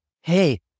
hey